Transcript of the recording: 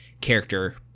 character